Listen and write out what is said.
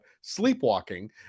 sleepwalking